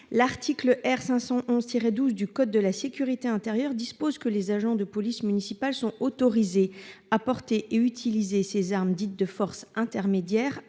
L'article R. 511-12 du code de la sécurité intérieure dispose que les agents de police municipale sont autorisés à porter et utiliser ces armes, dites de force intermédiaire